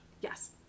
Yes